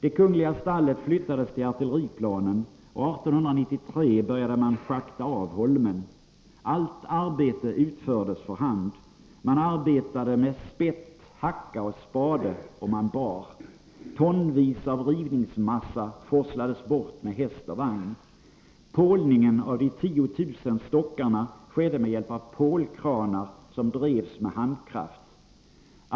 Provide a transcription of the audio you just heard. Det kungliga stallet flyttades till Artilleriplanen, och år 1893 började man schakta av holmen. Allt arbete utfördes för hand. Man arbetade med spett, hacka och spade, och man bar. Tonvis av rivningsmassa forslades bort med häst och vagn. Pålningen av de 10 000 stockarna skedde med hjälp av pålkranar som drevs med handkraft.